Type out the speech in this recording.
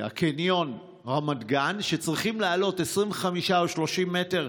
קניון רמת גן, שצריכים לעלות 25 או 30 מטר,